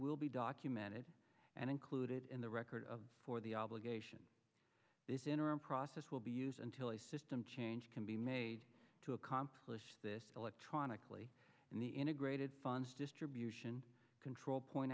will be documented and included in the record of for the obligation this interim process will be used until a system change can be made to accomplish this electronically and the integrated funds distribution control point